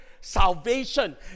salvation